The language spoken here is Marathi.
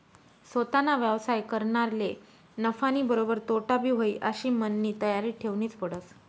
सोताना व्यवसाय करनारले नफानीबरोबर तोटाबी व्हयी आशी मननी तयारी ठेवनीच पडस